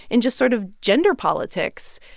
in just sort of gender politics,